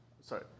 Sorry